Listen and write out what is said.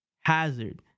Hazard